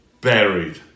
buried